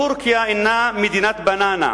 טורקיה אינה מדינת בננה.